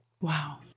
wow